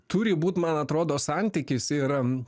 turi būt man atrodo santykis ir